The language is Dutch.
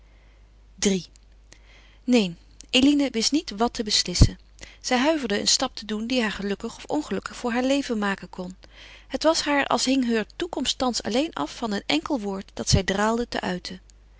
iii neen eline wist niet wat te beslissen zij huiverde een stap te doen die haar gelukkig of ongelukkig voor haar leven maken kon het was haar als hing heur toekomst thans alleen af van een enkel woord dat zij draalde te uiten